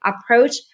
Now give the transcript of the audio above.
approach